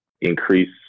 increase